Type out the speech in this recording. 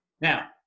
Now